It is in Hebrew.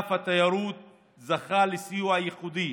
ענף התיירות זכה לסיוע ייחודי,